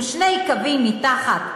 עם שני קווים מתחת,